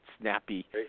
snappy